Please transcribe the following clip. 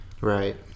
right